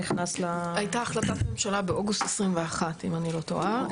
הייתה החלטת ממשלה באוגוסט 2021 אם אני לא טועה,